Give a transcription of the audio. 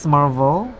Marvel